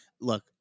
Look